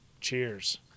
Cheers